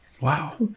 Wow